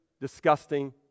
disgusting